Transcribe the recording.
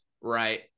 right